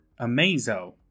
Amazo